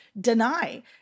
deny